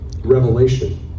revelation